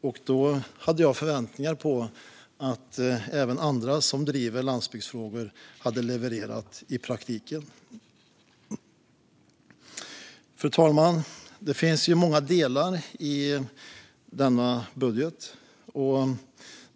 Jag hade förväntningar på att även andra som driver landsbygdsfrågor skulle leverera i praktiken. Fru talman! Det finns många delar i denna budget.